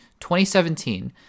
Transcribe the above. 2017